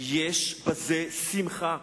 יש בזה שמחה,